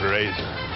Razor